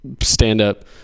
stand-up